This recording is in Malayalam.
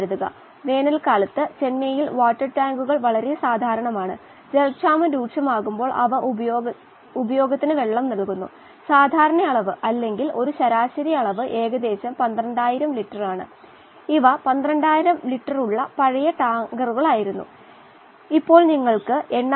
അതേസമയം വാതക ഗാഢത മാറുമ്പോൾ നിങ്ങൾക്ക് 100 ശതമാനം അല്ലെങ്കിൽ പരമാവധി 480 ശതമാനം വരെ പൂരിതമാക്കാൻ കഴിയും എന്ന് നിങ്ങൾ ഓർക്കണം